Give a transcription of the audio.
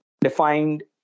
defined